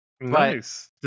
nice